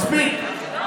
מספיק.